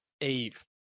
Eve